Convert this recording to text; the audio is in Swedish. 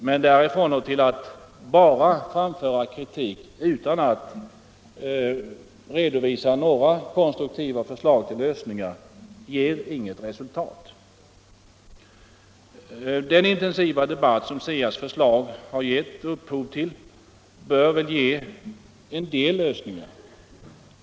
Men därifrån till att bara framföra kritik utan att redovisa några konstruktiva förslag till lösningar ger inget resultat. Den intensiva debatt som SIA:s förslag har gett upphov till bör väl ge en del lösningar.